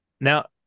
Now